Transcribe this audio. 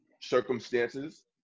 circumstances